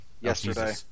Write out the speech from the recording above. yesterday